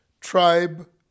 tribe